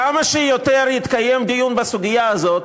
כמה שיותר ידונו בסוגיה הזאת,